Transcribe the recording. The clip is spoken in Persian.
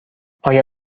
آیا